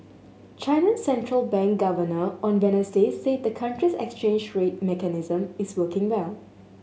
China central bank governor on Wednesday said the country's exchange rate mechanism is working well